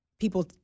people